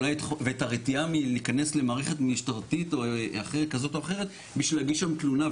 ואת הרתיעה מלהיכנס למערכת משטרתית כזאת או אמרת בשביל להגיש שם תלונה,